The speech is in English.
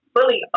fully